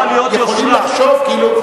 אבל יכולים לחשוב כאילו,